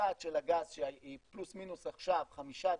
הממוצעת של הגז שהיא פלוס מינוס עכשיו חמישה דולר,